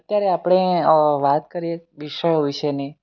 અત્યારે આપણે વાત કરીએ વિષયો વિશેની